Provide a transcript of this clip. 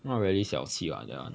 not really 小气 [what]